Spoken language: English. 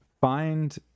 Find